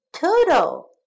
Turtle